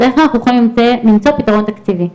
איך אנחנו יכולים למצוא פתרון תקציבי.